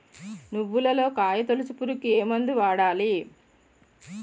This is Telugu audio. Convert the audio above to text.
నువ్వులలో కాయ తోలుచు పురుగుకి ఏ మందు వాడాలి?